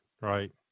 right